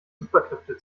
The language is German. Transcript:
superkräfte